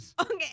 Okay